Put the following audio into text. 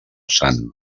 sant